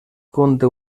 conté